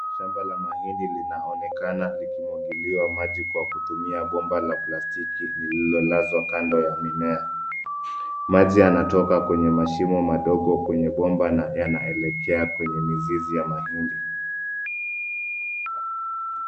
Shamba la mahindi linaonekana likimwagiliwa maji kwa kutumia bomba la plastiki, lililolazwa kando ya mimea. Maji yanatoka kwenye mashimo madogo kwenye bomba na yanaelekea kwenye mizizi ya mahindi.